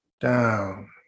down